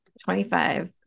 Twenty-five